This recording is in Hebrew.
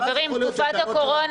ואז יכול להיות שהטענות שלה יעבדו.